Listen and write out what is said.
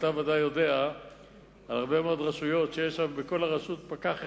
אתה בוודאי יודע שיש הרבה רשויות שיש בכל הרשות פקח אחד.